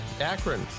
Akron